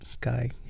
guy